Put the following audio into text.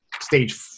stage